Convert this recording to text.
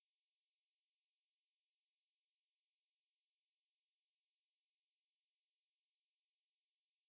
four hundred also lah then I was like நான் அவன்கிட்டே சொன்னேன் தெரியுமா நான் அப்போவே சொன்னேன் அவன்கிட்ட:naan avankitte sonen theriyumaa naan appove sonnen avankitta